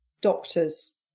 doctors